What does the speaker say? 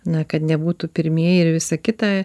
na kad nebūtų pirmieji ir visa kita